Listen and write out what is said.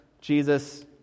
Jesus